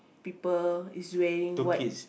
people is wearing white